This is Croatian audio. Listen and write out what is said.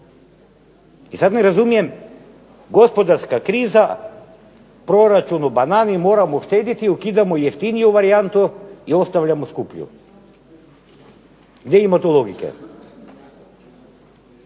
I sad ne razumijem gospodarska kriza, proračun u banani, moramo štediti, ukidamo jeftiniju varijantu i ostavljamo skuplju. Gdje ima tu logike?